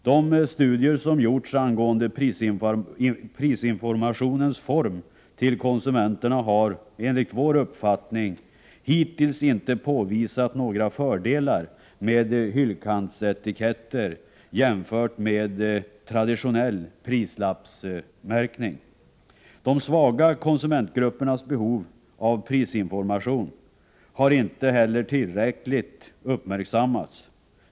De studier som gjorts angående prisinformationens form till konsumenterna har enligt vår uppfattning hittills inte påvisat några fördelar med hyllkantsetiketter jämfört med traditionell prislappsmärkning. De svaga konsumentgruppernas behov av prisinformation har inte heller tillräckligt uppmärksammats.